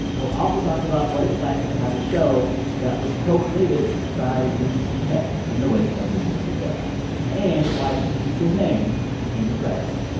we'll also talk about what it's like to have a show that was created by louis c k. in the wake of the metoo era and why she keeps his name in the credits.